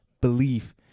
belief